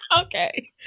Okay